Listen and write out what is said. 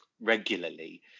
regularly